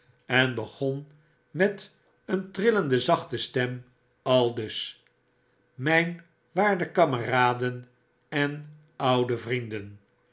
en begon met een trillende zachte stem aldus myn waarde kameraden en oude vrienden